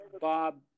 Bob